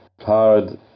hard